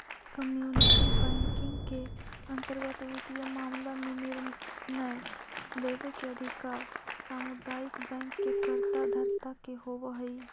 community banking के अंतर्गत वित्तीय मामला में निर्णय लेवे के अधिकार सामुदायिक बैंक के कर्ता धर्ता के होवऽ हइ